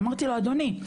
אמרתי לו אדוני,